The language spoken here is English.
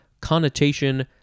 connotation